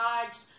charged